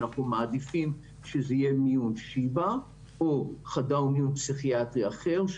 אנחנו מעדיפים שזה יהיה מיון שיבא או חדר מיון פסיכיאטרי אחר.